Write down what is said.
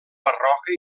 barroca